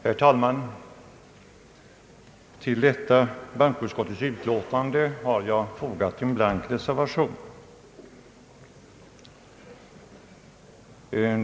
Herr talman! Till detta bankoutskottets utlåtande har jag fogat en blank reservation.